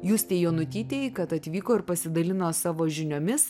justei jonutytei kad atvyko ir pasidalino savo žiniomis